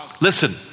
Listen